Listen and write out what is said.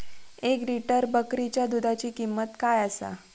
एक लिटर बकरीच्या दुधाची किंमत काय आसा?